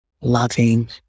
loving